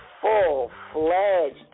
full-fledged